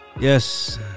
yes